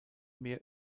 mehr